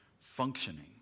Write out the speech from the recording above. functioning